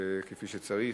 כפי שצריך,